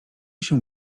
się